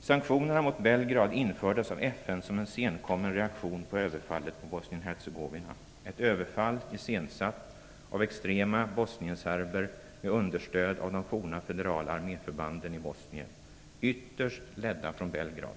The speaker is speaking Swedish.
Sanktionerna mot Belgrad infördes av FN som en senkommen reaktion på överfallet på Bosnien-Hercegovina. Det är ett överfall som är iscensatt av extrema bosnien-serber med understöd av de forna federala arméförbanden i Bosnien - ytterst ledda från Belgrad.